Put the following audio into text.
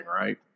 right